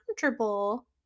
comfortable